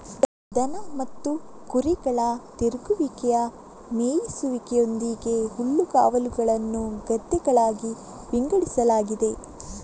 ದನ ಮತ್ತು ಕುರಿಗಳ ತಿರುಗುವಿಕೆಯ ಮೇಯಿಸುವಿಕೆಯೊಂದಿಗೆ ಹುಲ್ಲುಗಾವಲುಗಳನ್ನು ಗದ್ದೆಗಳಾಗಿ ವಿಂಗಡಿಸಲಾಗಿದೆ